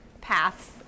paths